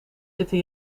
zitten